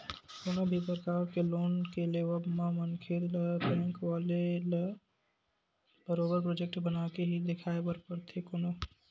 कोनो भी परकार के लोन के लेवब म मनखे ल बेंक वाले ल बरोबर प्रोजक्ट बनाके ही देखाये बर परथे कोनो